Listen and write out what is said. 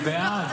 אני בעד.